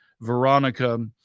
Veronica